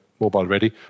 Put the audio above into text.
mobile-ready